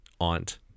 Aunt